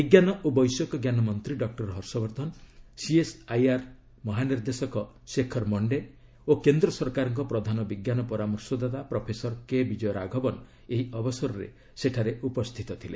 ବିଜ୍ଞାନ ଓ ବୈଷୟିକ ଜ୍ଞାନ ମନ୍ତ୍ରୀ ଡକ୍ଟର ହର୍ଷବର୍ଦ୍ଧନ ସିଏସ୍ଆଇଆର୍ ମହାନିର୍ଦ୍ଦେଶକ ଶେଖର ମଣ୍ଡେ ଓ କେନ୍ଦ୍ର ସରକାରଙ୍କ ପ୍ରଧାନ ବିଜ୍ଞାନ ପରାମର୍ଶଦାତା ପ୍ରଫେସର କେ ବିଜୟ ରାଘବନ ଏହି ଅବସରରେ ସେଠାରେ ଉପସ୍ଥିତ ଥିଲେ